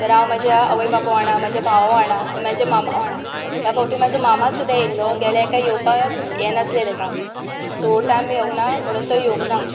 तर हांव म्हज्या आवय बापाय वांगडा म्हज्या भावा वांगडा आनी म्हजे मामा वांगडा ह्या फावटीं म्हजो मामा सुद्दां येयल्लो गेल्ले फावटीं येवपाक हें नासलें ताका सो टायम मेळूंक ना म्हणून तो येवूंक ना